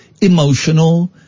emotional